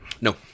No